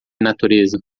natureza